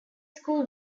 school